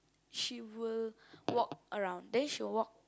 she will walk around then she will walk